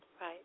right